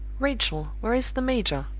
rachel, where is the major?